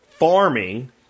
farming